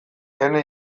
ene